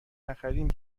نخریم